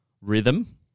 rhythm